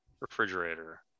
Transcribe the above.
refrigerator